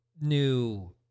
new